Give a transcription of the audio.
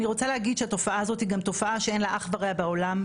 אני רוצה להגיד שהתופעה הזאת היא גם תופעה שאין לה אח ורע בעולם,